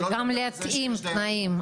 גם להתאים תנאים,